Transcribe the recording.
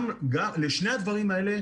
לשני הדברים האלה,